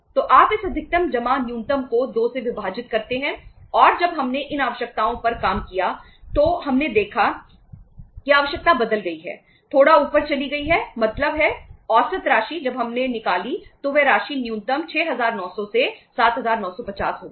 तो आप इस अधिकतम जमा न्यूनतम को 2 से विभाजित करते हैं और जब हमने इन आवश्यकताओं पर काम किया तो हमने देखा कि आवश्यकता बदल गई है थोड़ा ऊपर चली गई है मतलब है औसत राशि जब हमने निकाली तो वह राशि न्यूनतम 6900 से 7950 हो गई